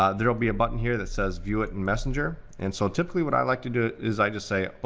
ah there'll be a button here that says, view it in messenger. and so typically what i like to do is i just say,